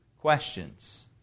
questions